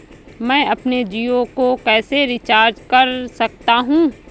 मैं अपने जियो को कैसे रिचार्ज कर सकता हूँ?